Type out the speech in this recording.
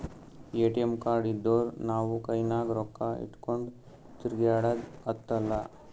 ATM card ಇದ್ದೂರ್ ನಾವು ಕೈನಾಗ್ ರೊಕ್ಕಾ ಇಟ್ಗೊಂಡ್ ತಿರ್ಗ್ಯಾಡದ್ ಹತ್ತಲಾ